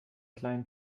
kleinen